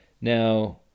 Now